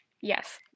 yes